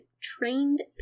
trained